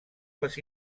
les